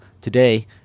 Today